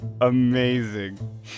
Amazing